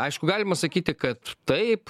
aišku galima sakyti kad taip